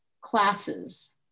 classes